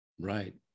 Right